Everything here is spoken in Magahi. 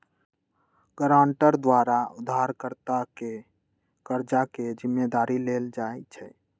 गराँटर द्वारा उधारकर्ता के कर्जा के जिम्मदारी लेल जाइ छइ